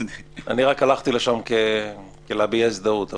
הלכתי לשם רק כדי להביע הזדהות.